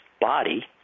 body